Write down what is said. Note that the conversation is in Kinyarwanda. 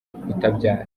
kutabyara